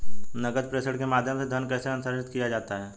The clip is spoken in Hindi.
नकद प्रेषण के माध्यम से धन कैसे स्थानांतरित किया जाता है?